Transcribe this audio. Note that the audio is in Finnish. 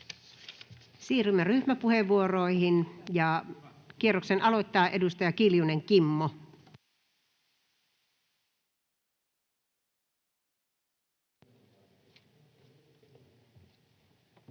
Siirrymme ryhmäpuheenvuoroihin. — Kierroksen aloittaa edustaja Kiljunen, Kimmo.